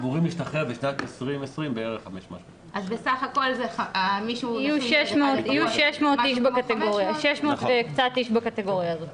אמורים להשתחרר בשנת 2020 בערך 500. יהיו 600 וקצת איש בקטגוריה הזאת.